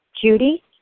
Judy